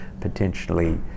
potentially